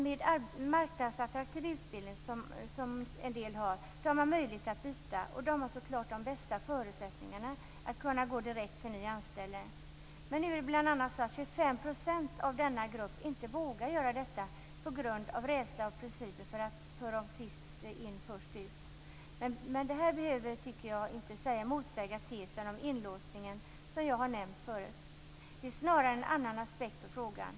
Med en marknadsattraktiv utbildning har man möjlighet att byta, och då har man självfallet de bästa förutsättningarna att kunna gå direkt till en ny anställning. Men nu är det så att 25 % av denna grupp inte vågar göra detta på grund av rädsla för principen om sist in - först ut. Jag tycker inte att det behöver motsäga tesen om inlåsningen som jag har nämnt förut. Det är snarare en annan aspekt på frågan.